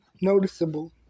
noticeable